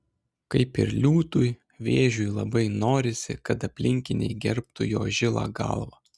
kaip ir liūtui vėžiui labai norisi kad aplinkiniai gerbtų jo žilą galvą